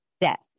Death